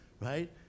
right